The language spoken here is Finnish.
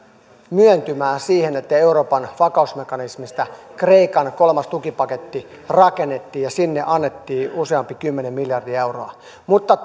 myöntymään siihen että euroopan vakausmekanismista kreikan kolmas tukipaketti rakennettiin ja sinne annettiin useampi kymmenen miljardia euroa mutta